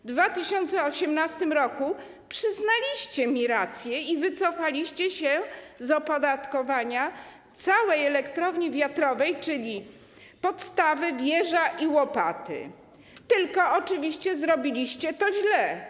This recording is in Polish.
W 2018 r. przyznaliście mi rację i wycofaliście się z opodatkowania całej elektrowni wiatrowej, czyli podstawy, wieża i łopaty, tylko oczywiście zrobiliście to źle.